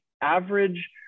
average